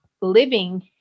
living